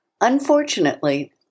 Unfortunately